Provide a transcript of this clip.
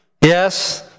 Yes